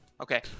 Okay